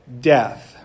death